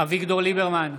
אביגדור ליברמן,